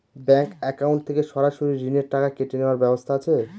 Bank account থেকে সরাসরি ঋণের টাকা কেটে নেওয়ার ব্যবস্থা আছে?